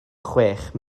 chwech